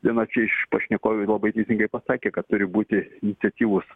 viena čia iš pašnekovių labai teisingai pasakė kad turi būti iniciatyvūs